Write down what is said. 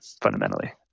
fundamentally